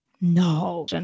No